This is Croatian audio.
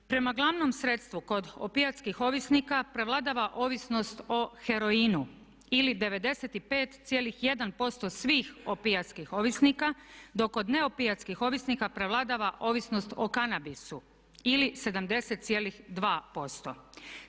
Prema glavnom sredstvu kod opijatskih ovisnika prevladava ovisnost o heroinu ili 95,1% svih opijatskih ovisnika, dok od neopijatskih ovisnika prevladava ovisnost o kanabisu ili 70,2%